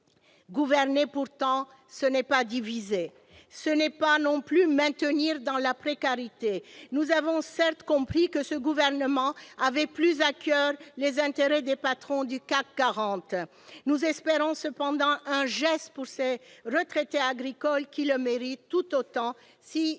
Gouverner, pourtant, ce n'est pas diviser. Ce n'est pas non plus maintenir dans la précarité. Nous avons certes compris que ce gouvernement avait plus à coeur les intérêts des patrons du CAC 40. Nous espérons cependant un geste pour ces retraités agricoles qui le méritent tout autant, si ce n'est